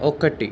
ఒకటి